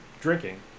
drinking